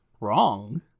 wrong